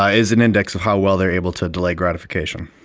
ah is an index of how well they are able to delay gratification.